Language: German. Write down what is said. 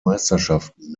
meisterschaften